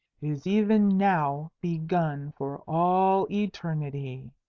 is even now begun for all eternity.